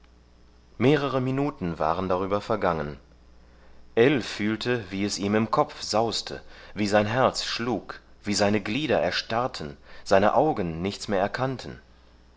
mehrere minuten waren darüber vergangen ell fühlte wie es ihm im kopf sauste wie sein herz schlug wie seine glieder erstarrten seine augen nichts mehr erkannten